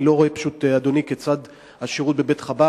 אני פשוט לא רואה כיצד השירות בבית-חב"ד,